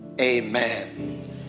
amen